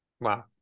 wow